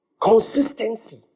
consistency